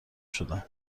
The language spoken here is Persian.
شدم